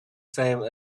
same